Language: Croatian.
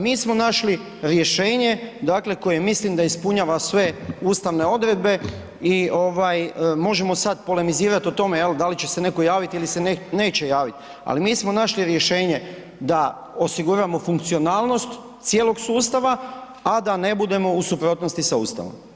Mi smo našli rješenje, dakle, koje mislim da ispunjava sve ustavne odredbe i možemo sad polemizirat o tome jel, da li će se netko javit ili se neće javit, ali mi smo našli rješenje da osiguramo funkcionalnost cijelog sustava, a da ne budemo u suprotnosti sa Ustavom.